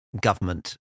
Government